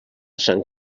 sant